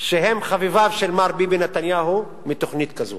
שהם חביביו של מר ביבי נתניהו, מתוכנית כזו?